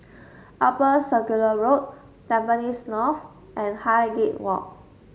Upper Circular Road Tampines North and Highgate Walk